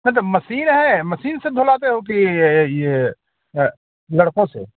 नहीं तो मसीन है मसीन से धुलाते हो कि यह यह यह लड़कों से